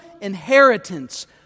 inheritance